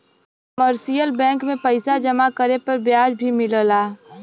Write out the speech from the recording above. commercial bank में पइसा जमा करे पे ब्याज भी मिलला